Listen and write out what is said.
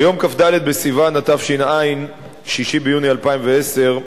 ביום כ"ד בסיוון התש"ע, 6 ביוני 2010,